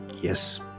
yes